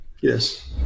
Yes